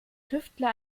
tüftler